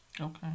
Okay